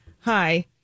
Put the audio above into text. Hi